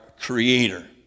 creator